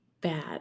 bad